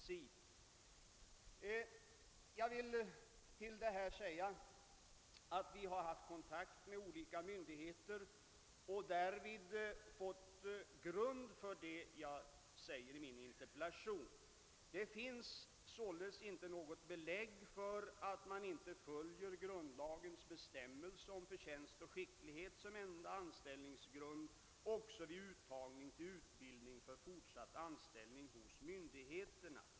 Till detta vill jag emellertid säga att vi har haft kontakt med olika myndigheter, varigenom jag har fått grund för vad jag framhållit i mitt interpellationssvar, nämligen att jag inte har funnit något belägg för att man i verken inte följer grundlagens bestämmelse om förtjänst och skicklighet som enda anställningsgrund också vid uttagning för utbildning eller fortsatt anställning hos myndigheterna.